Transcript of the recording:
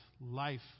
life